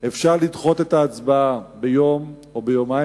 אפשר לדחות את ההצבעה ביום או ביומיים,